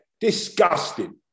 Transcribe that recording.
disgusting